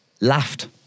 laughed